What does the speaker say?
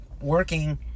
working